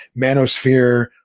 manosphere